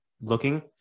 looking